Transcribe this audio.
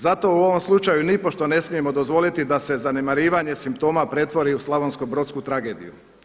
Zato u ovom slučaju nipošto ne smijemo dozvoliti da se zanemarivanje simptoma pretvori u slavonskobrodsku tragediju.